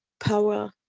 power,